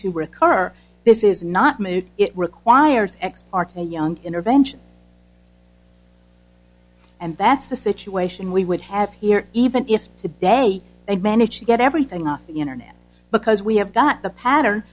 to recur this is not me it requires ex parte a young intervention and that's the situation we would have here even if today they managed to get everything off the internet because we have got the